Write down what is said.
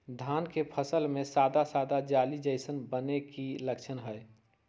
धान के फसल में सादा सादा जाली जईसन बने के कि लक्षण हय?